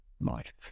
life